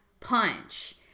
punch